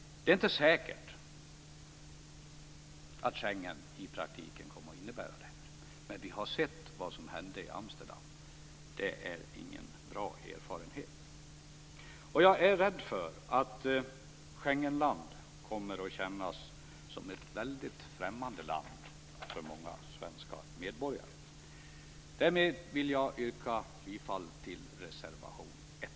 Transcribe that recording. Det är inte säkert att Schengen i praktiken kommer att innebära detta men vi har ju sett vad som hände i Amsterdam och det är ingen bra erfarenhet. Jag är rädd för att Schengenland för många svenska medborgare kommer att kännas som ett väldigt främmande land. Därmed yrkar jag bifall till reservation 1.